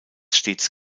stets